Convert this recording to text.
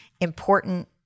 important